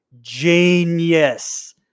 genius